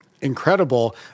incredible